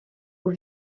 aux